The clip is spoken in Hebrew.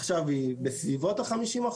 עכשיו היא בסביבות ה 50%,